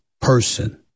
person